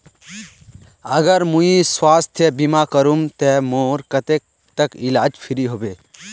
अगर मुई स्वास्थ्य बीमा करूम ते मोर कतेक तक इलाज फ्री होबे?